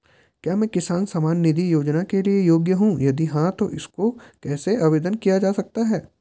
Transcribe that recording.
क्या मैं किसान सम्मान निधि योजना के लिए योग्य हूँ यदि हाँ तो इसको कैसे आवेदन किया जा सकता है?